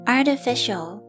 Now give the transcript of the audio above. Artificial